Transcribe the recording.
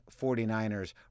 49ers